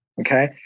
Okay